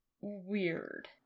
weird